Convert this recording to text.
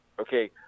Okay